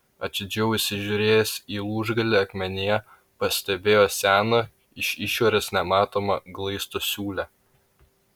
atidžiau įsižiūrėjęs į lūžgalį akmenyje pastebėjo seną iš išorės nematomą glaisto siūlę